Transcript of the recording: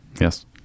Yes